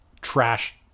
trash